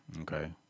okay